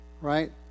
Right